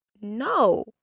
no